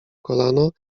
kolano